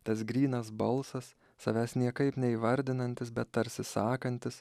tas grynas balsas savęs niekaip neįvardinantis bet tarsi sakantis